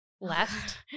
left